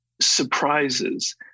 surprises